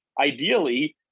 ideally